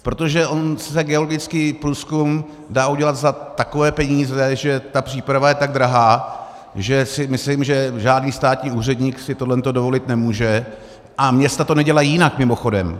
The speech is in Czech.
Protože on se geologický průzkum dá udělat za takové peníze, že ta příprava je tak drahá, že si myslím, že žádný státní úředník si tohle dovolit nemůže, a města to nedělají jinak mimochodem.